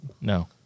No